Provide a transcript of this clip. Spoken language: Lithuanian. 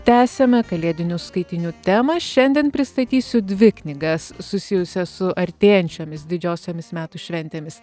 tęsiame kalėdinių skaitinių temą šiandien pristatysiu dvi knygas susijusias su artėjančiomis didžiosiomis metų šventėmis